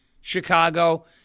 Chicago